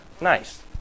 Nice